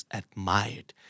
admired